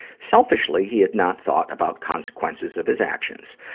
selfishly, he had not thought about consequences of his actions.